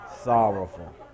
sorrowful